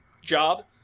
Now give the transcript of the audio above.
job